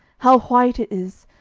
how white it is!